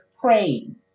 praying